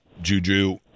Juju